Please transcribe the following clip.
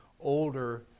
older